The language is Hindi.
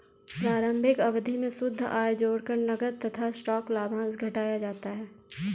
प्रारंभिक अवधि में शुद्ध आय जोड़कर नकद तथा स्टॉक लाभांश घटाया जाता है